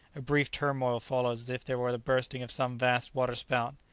a brief turmoil follows as if there were the bursting of some vast waterspout.